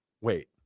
wait